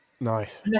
Nice